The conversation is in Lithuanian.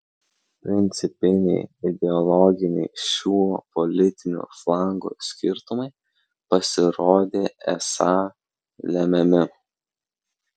principiniai ideologiniai šių politinių flangų skirtumai pasirodė esą lemiami